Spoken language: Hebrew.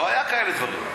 לא היו כאלה דברים.